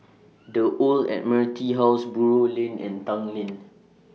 The Old Admiralty House Buroh Lane and Tanglin